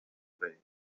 bay